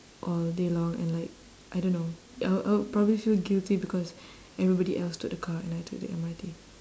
all day long and like I don't know I I would probably feel guilty because everybody else took the car and I took the M_R_T